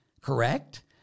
correct